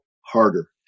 harder